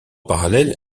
parallèle